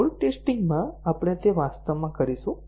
load testing માં આપણે તે વાસ્તવમાં કરીશું